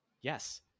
yes